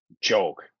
joke